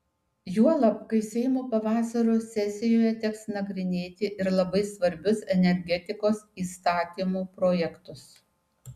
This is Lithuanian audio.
juolab kai seimo pavasario sesijoje teks nagrinėti ir labai svarbius energetikos įstatymų projektus